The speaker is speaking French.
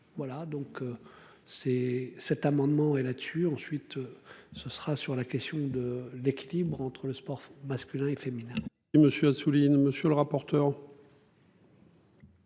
Voilà donc. C'est cet amendement et là tu ensuite. Ce sera sur la question de l'équilibre entre le sport masculin et féminin. Et monsieur Assouline. Monsieur le rapporteur.